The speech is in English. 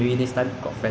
有女孩子吗